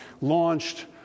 launched